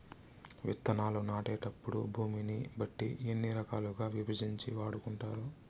విత్తనాలు నాటేటప్పుడు భూమిని బట్టి ఎన్ని రకాలుగా విభజించి వాడుకుంటారు?